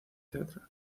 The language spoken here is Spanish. teatral